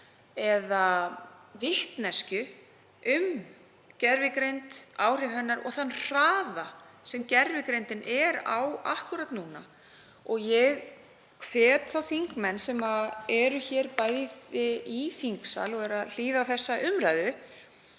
eða vitneskju um gervigreind, áhrif hennar og þann hraða sem gervigreindin er á akkúrat núna. Ég hvet þá þingmenn sem eru hér í þingsal eða hlýða á þessa umræðu